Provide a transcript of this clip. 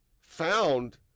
found